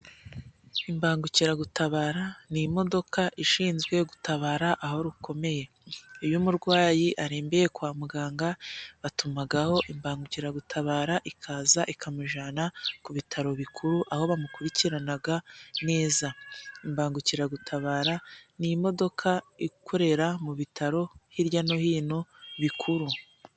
Imbangukiragutabara ni imodoka ishinzwe gutabara aho rukomeye iyo umurwayi arembeye kwa muganga batumagaho imbangukiragutabara ikaza ikamujana ku bitaro bikuru aho bamukurikiranaga neza imbangukiragutabara ni imodoka ikorera mu bitaro hirya no hino bikuru.